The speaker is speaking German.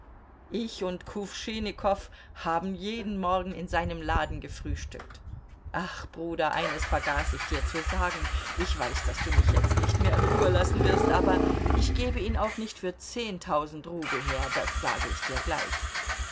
ich und kuwschinnikow haben jeden morgen in seinem laden gefrühstückt ach bruder eines vergaß ich dir zu sagen ich weiß daß du mich jetzt nicht mehr in ruhe lassen wirst aber ich gebe ihn auch nicht für zehntausend rubel her das sage ich dir gleich